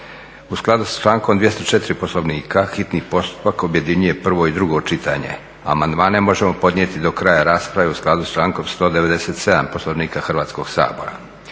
U skladu s člankom 204. Poslovnika hitni postupak objedinjuje prvo i drugo čitanje. Amandmane možemo podnijeti do kraja rasprave u skladu s člankom 197. Poslovnika Hrvatskog sabora.